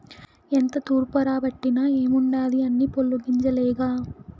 ఎంత తూర్పారబట్టిన ఏముండాది అన్నీ పొల్లు గింజలేగా